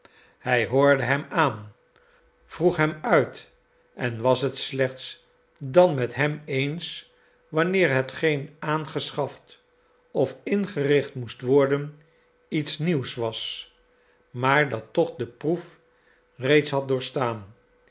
hij hoorde hem aan vroeg hem uit en was het slechts dan met hem eens wanneer hetgeen aangeschaft of ingericht moest worden iets nieuws was maar dat toch de proef reeds had doorgestaan